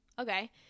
okay